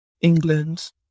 England